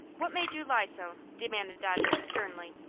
what made you lie so? demanded dodger, sternly.